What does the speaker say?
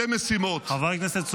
בין שתי משימות ----- חבר הכנסת סובה,